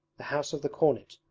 the house of the cornet,